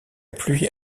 pluie